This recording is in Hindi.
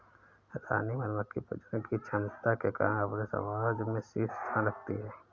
रानी मधुमक्खी प्रजनन की क्षमता के कारण अपने समाज में शीर्ष स्थान रखती है